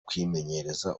kwimenyereza